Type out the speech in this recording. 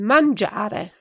Mangiare